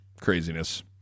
craziness